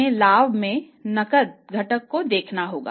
हमें लाभ में नकद घटक को देखना होगा